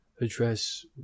address